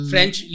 French